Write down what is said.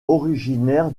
originaire